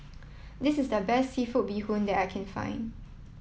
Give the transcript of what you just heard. this is the best seafood Bee Hoon that I can find